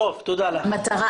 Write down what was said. תודה, גברתי.